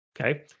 Okay